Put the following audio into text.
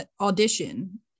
audition